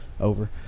over